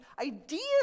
ideas